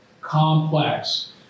complex